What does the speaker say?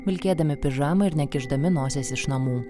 vilkėdami pižamą ir nekišdami nosies iš namų